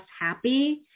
happy